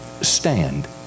stand